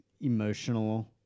emotional